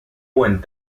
went